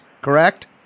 correct